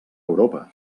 europa